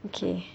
okay